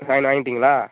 sign வாங்கிட்டிங்களா